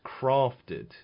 crafted